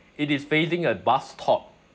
it is facing a bus stop